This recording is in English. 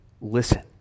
listen